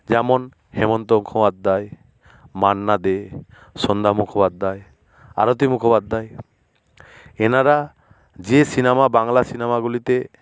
যেমন হেমন্ত মুখোপাধ্যায় মান্না দে সন্ধ্যা মুখোপাধ্যায় আরতি মুখোপাধ্যায় এনারা যে সিনেমা বাংলা সিনেমাগুলিতে